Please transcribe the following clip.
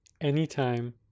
anytime